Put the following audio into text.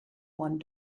one